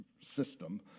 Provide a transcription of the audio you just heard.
system